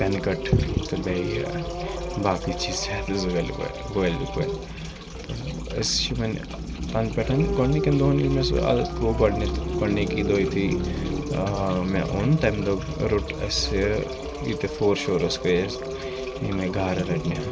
پٮ۪ن کَٹ تہٕ بیٚیہِ باقٕے چیٖز چھِ اَتھ زٕ وٲلۍ أسۍ چھِ وَنۍ تَنہٕ پٮ۪ٹھ گۄڈنِکٮ۪ن دۄہَن ییٚلہِ مےٚ سُہ عادد گوٚو گۄڈنٮ۪تھ گۄڈنِکی دۄہ یُتھُے مےٚ اوٚن تَمہِ دۄہ روٚٹ اَسہِ ییٚتہِ فور شورَس گٔیے اَسہِ یِمَے گارٕ رٔٹنہِ